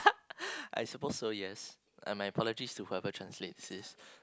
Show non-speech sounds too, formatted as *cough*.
*laughs* I suppose so yes and my apologies to whoever translates this